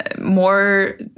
more